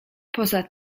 poza